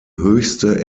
höchste